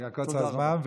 בגלל קוצר הזמן.